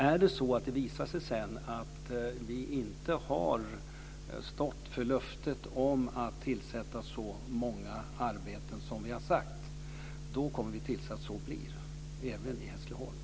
Är det så att det sedan visar sig att vi inte har stått för löftet att tillsätta så många arbeten som vi har sagt kommer vi att se till att det blir så - även i Hässleholm.